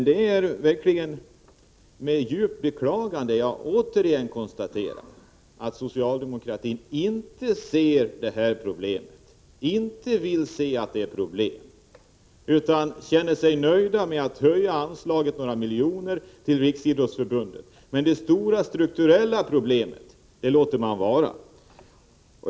Det är verkligen med djupt beklagande jag återigen konstaterar att socialdemokratin inte vill se att det här är ett problem. Man känner sig nöjd med att höja anslaget till Riksidrottsförbundet med några miljoner, men det stora strukturella problemet bryr man sig inte om.